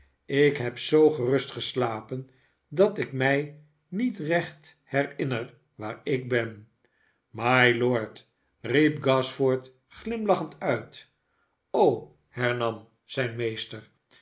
ik heb zoo gerust geslapen dat ik mij niet recht herinner waar ik ben mylord riep gashford glimlachend uit hernam zijn meester